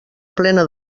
plena